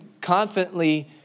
confidently